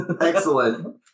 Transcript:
Excellent